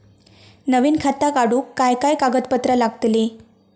नवीन खाता काढूक काय काय कागदपत्रा लागतली?